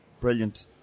brilliant